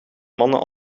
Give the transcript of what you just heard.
mannen